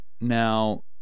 now